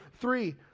three